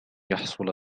يحصل